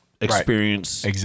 experience